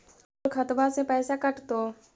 तोर खतबा से पैसा कटतो?